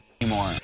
anymore